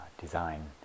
design